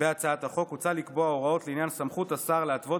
בהצעת החוק הוצע לקבוע הוראות לעניין סמכות השר להתוות